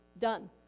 done